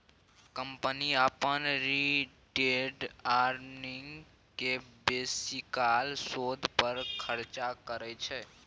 company अपन retained earning केँ बेसीकाल शोध पर खरचा करय छै